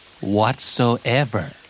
Whatsoever